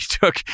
took